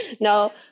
No